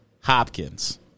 Hopkins